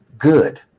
Good